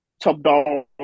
top-down